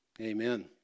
amen